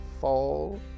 fall